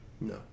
no